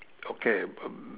okay